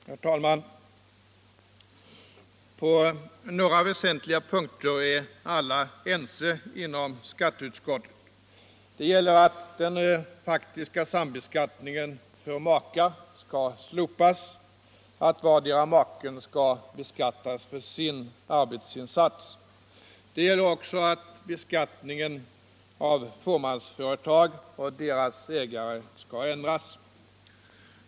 Herr talman! På några väsentliga punkter är alla ense inom skatteutskottet. Det gäller att den faktiska sambeskattningen för makar skall slopas, att vardera maken skall beskattas för sin arbetsinsats. Det gäller också att beskattningen av fåmansföretag och deras ägare skall ändras.